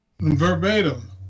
verbatim